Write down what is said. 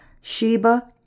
Sheba